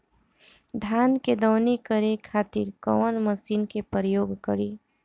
धान के दवनी करे खातिर कवन मशीन के प्रयोग करी?